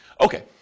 Okay